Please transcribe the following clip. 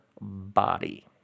body